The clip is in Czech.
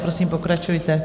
Prosím, pokračujte.